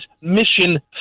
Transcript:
mission